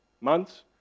months